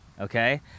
Okay